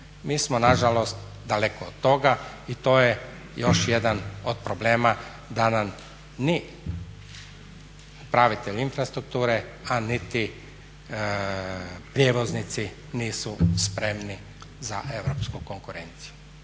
Mi smo nažalost daleko od toga i to je još jedan od problema da nam ni upravitelj infrastrukture a niti prijevoznici nisu spremni za europsku konkurenciju.